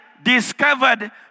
Discovered